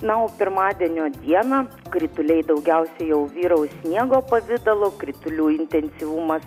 na o pirmadienio dieną krituliai daugiausiai jau vyraus sniego pavidalu kritulių intensyvumas